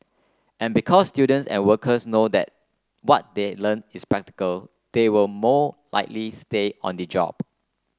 and because students and workers know that what they learn is practical they will more likely stay on the job